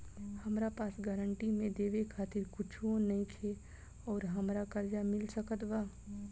हमरा पास गारंटी मे देवे खातिर कुछूओ नईखे और हमरा कर्जा मिल सकत बा?